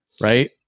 right